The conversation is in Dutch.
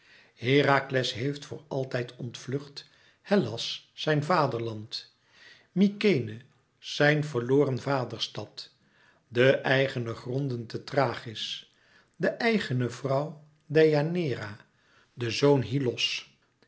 herakles heeft voor altijd ontvlucht hellas zijn vaderland mykenæ zijn verloren vaderstad de eigene gronden te thrachis de eigene vrouw deianeira den zoon hyllos